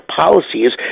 policies